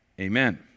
Amen